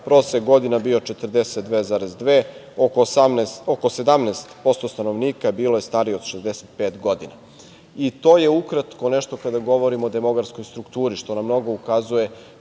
prosek godina je bio 42,2 godine, oko 17% stanovnika bilo je starije od 65 godina. To je ukratko nešto, kada govorimo o demografskoj strukturi, što nam mnogo ukazuje